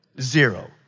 Zero